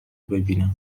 ببینم